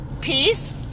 Peace